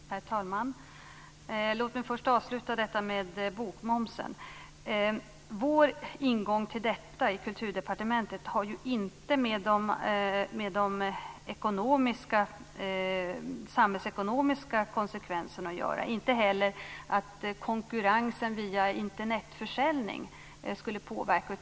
Herr talman! Låt mig först avsluta diskussionen om bokmomsen. Vår ingång till detta i Kulturdepartementet har inte med de samhällsekonomiska konsekvenserna att göra, inte heller med att konkurrensen via Internetförsäljning skulle påverka.